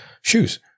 shoes